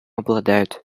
обладают